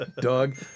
Doug